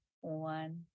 one